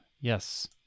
yes